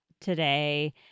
today